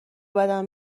بدم